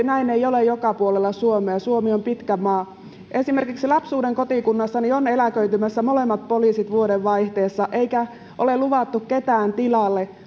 näin ei ole joka puolella suomea suomi on pitkä maa esimerkiksi lapsuuden kotikunnassani on eläköitymässä molemmat poliisit vuodenvaihteessa eikä ole luvattu ketään tilalle